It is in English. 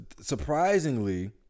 surprisingly